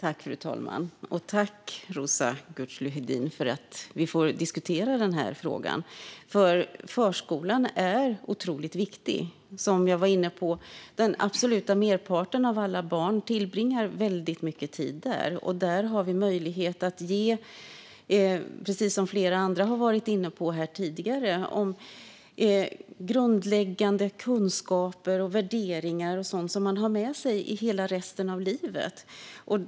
Fru talman! Tack, Roza Güclü Hedin, för att vi får diskutera frågan! Förskolan är otroligt viktig. Jag var inne på att den absoluta merparten av alla barn tillbringar mycket tid där. Flera andra har tidigare varit inne på de grundläggande kunskaper och värderingar som man tar med sig resten av livet.